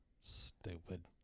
Stupid